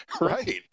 right